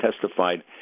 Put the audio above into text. testified